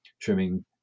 trimming